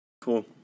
Cool